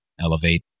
Elevate